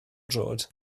droed